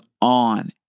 on